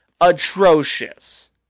atrocious